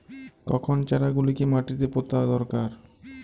কখন চারা গুলিকে মাটিতে পোঁতা দরকার?